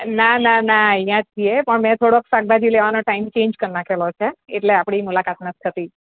ના ના ના અહીંયા જ છીએ પણ મેં થોડોક શાકભાજી લેવાનો ટાઈમ ચેન્જ કરી નાખેલો છે એટલે આપણી મુલાકાત નથી થતી